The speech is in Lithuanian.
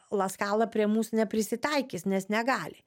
la skala prie mūsų neprisitaikys nes negali